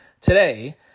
today